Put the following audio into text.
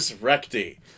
recti